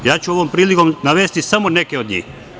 Ja ću ovom prilikom navesti samo neke od njih.